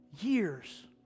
years